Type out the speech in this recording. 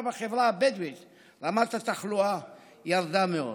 בחברה הבדואית רמת התחלואה ירדה מאוד.